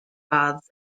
baths